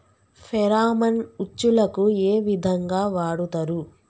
Pheromone ఉచ్చులకు ఏ విధంగా వాడుతరు?